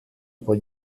über